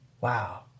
Wow